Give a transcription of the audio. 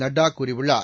நட்டா கூறியுள்ளார்